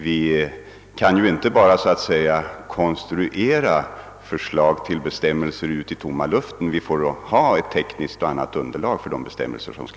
Vi kan ju inte bara konstruera förslag i tomma luften, utan vi måste ha underlag av teknisk och annan art för bestämmelserna.